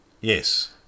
Yes